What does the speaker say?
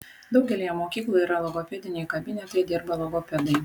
daugelyje mokyklų yra logopediniai kabinetai dirba logopedai